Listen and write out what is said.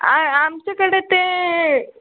आहे आमच्याकडे ते